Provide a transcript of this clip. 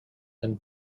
and